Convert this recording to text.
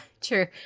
true